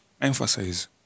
emphasize